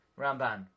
Ramban